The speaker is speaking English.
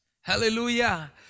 Hallelujah